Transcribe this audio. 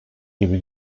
gibi